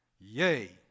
yea